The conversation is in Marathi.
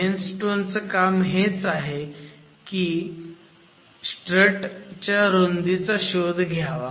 मेनस्टोन चं काम हेच आहे की स्ट्रट च्या रुंदीचा शोध घ्यावा